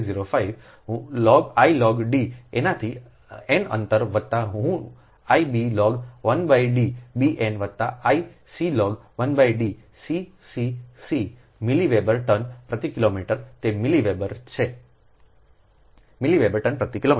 4605 હું log1 D એનાથી N અંતર વત્તા હું બી log 1 D બીએન વત્તા I C log 1 D C C C milli weber turn પ્રતિ કિલોમીટર તે મિલી બરાબર છેમિલી વેબર ટન પ્રતિ કિ